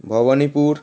Bhabanipur